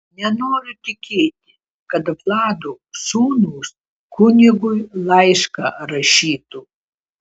nenoriu tikėti kad vlado sūnūs kunigui laišką rašytų